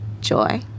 joy